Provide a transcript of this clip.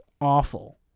awful